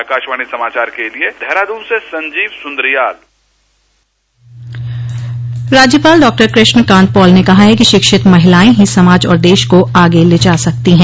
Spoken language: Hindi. आकाशवाणी समाचार के लिए देहरादून से संजीव सुन्द्रियाल महिला सशक्तिकरण राज्यपाल डॉ कृष्ण कांत पाल ने कहा है कि शिक्षित महिलाएं ही समाज और देश को आगे ले जा सकती हैं